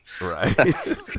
Right